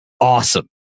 awesome